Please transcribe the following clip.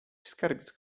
skarbiec